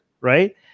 right